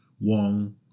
Wong